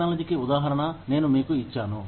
టెక్నాలజీకి ఉదాహరణ నేను మీకు ఇచ్చాను